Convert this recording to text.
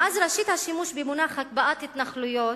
מאז ראשית השימוש במונח "הקפאת התנחלויות"